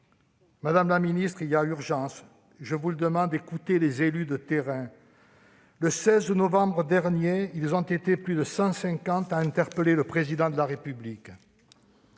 Madame la ministre, il y a urgence ! Je vous le demande : écoutez les élus de terrain ! Le 14 novembre dernier, ils ont été plus de 150 à interpeller le Président de la République.